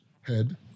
head